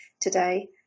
today